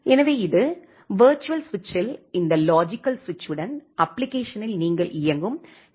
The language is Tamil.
எனவே இது விர்ச்சுவல் சுவிட்சில் இந்த லாஜிக்கல் சுவிட்சுடனும் அப்ப்ளிகேஷனில் நீங்கள் இயங்கும் எச்